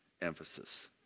emphasis